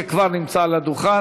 שכבר נמצא על הדוכן.